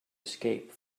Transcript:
escape